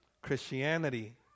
Christianity